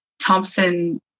Thompson